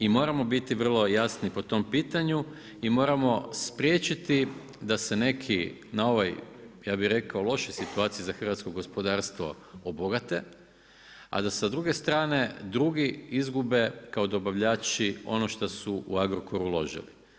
I moramo biti vrlo jasni po tom pitanju i moramo spriječiti da se neki na ovaj, ja bih rekao lošoj situaciji za hrvatsko gospodarstvo obogate a da sa druge strane drugi izgube kao dobavljači ono što su u Agrokor uložili.